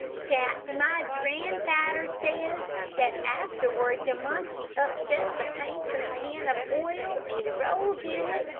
dat my dranfadder says dat afterward de monkey upset de painter's can of oil, and rolled in it,